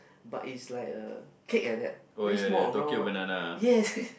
but it's like a cake like that very small round one yes